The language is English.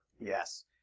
Yes